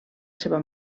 seva